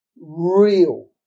real